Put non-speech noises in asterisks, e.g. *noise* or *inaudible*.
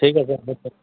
ঠিক আছে *unintelligible*